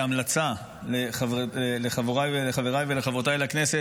כהמלצה לחבריי ולחברותיי לכנסת,